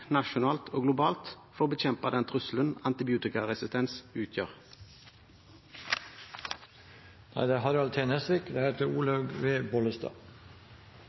nasjonalt og globalt – for å bekjempe den trusselen antibiotikaresistens